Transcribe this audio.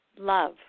love